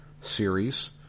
series